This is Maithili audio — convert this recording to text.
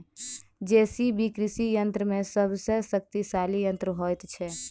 जे.सी.बी कृषि यंत्र मे सभ सॅ शक्तिशाली यंत्र होइत छै